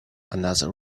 another